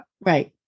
Right